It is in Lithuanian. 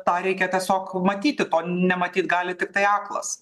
tą reikia tiesiog matyti to nematyt gali tiktai aklas